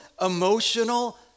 emotional